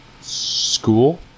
School